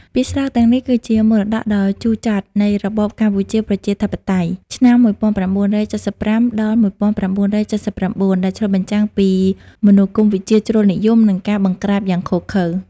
ពាក្យស្លោកទាំងនេះគឺជាមរតកដ៏ជូរចត់នៃរបបកម្ពុជាប្រជាធិបតេយ្យ (ឆ្នាំ ១៩៧៥-១៩៧៩) ដែលឆ្លុះបញ្ចាំងពីមនោគមវិជ្ជាជ្រុលនិយម និងការបង្ក្រាបយ៉ាងឃោរឃៅ។